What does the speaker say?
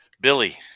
Billy